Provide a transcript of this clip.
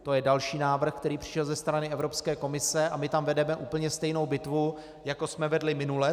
To je další návrh, který přišel ze strany Evropské komise, a my tam vedeme úplně stejnou bitvu, jakou jsme vedli minule.